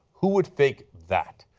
who would fake that?